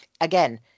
again